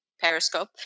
Periscope